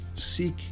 seek